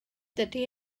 dydy